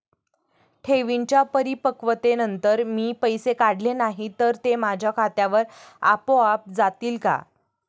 ठेवींच्या परिपक्वतेनंतर मी पैसे काढले नाही तर ते माझ्या खात्यावर आपोआप जातील का?